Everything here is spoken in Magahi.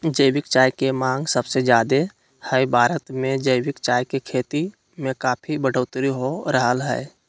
जैविक चाय के मांग सबसे ज्यादे हई, भारत मे जैविक चाय के खेती में काफी बढ़ोतरी हो रहल हई